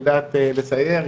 היא יודעת לסייר,